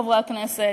חברי הכנסת,